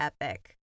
epic